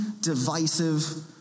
divisive